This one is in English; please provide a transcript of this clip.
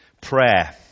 Prayer